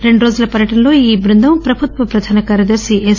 రెండు రోజుల పర్యటనలో ఈ బృందం ప్రభుత్వ ప్రధాన కార్యదర్తి ఎస్